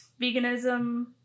veganism